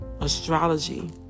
astrology